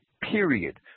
period